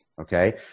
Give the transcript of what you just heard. okay